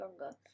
longer